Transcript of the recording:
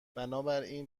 بنابراین